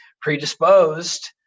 predisposed